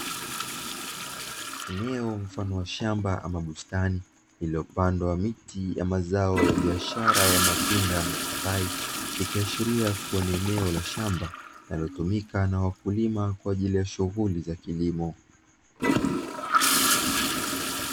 Eneo mfano wa shamba ama bustani lililopandwa miti ya mazao ya biashara ya matunda ya mapapai, ikiashiria kuwa ni eneo la shamba linalotumika na wakulima kwa ajili ya shughuli za kilimo.